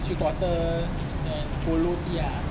three quarter polo tee ya